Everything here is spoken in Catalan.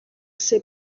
ser